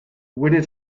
winners